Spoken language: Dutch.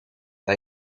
bij